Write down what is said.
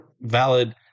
valid